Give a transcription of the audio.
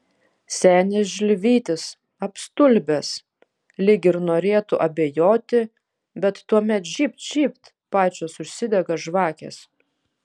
senis žilvytis apstulbęs lyg ir norėtų abejoti bet tuomet žybt žybt pačios užsidega žvakės